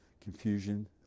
confusion